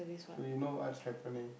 so you know what's happening